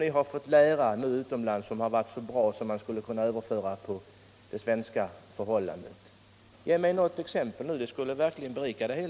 Vad har ni fått lära utomlands som har varit så bra att det skulle kunna överföras på svenska förhållanden? Ett exempel på det skulle verkligen berika debatten.